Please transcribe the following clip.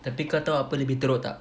tapi kau tahu apa lebih teruk tak